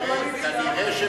היא מהקואליציה.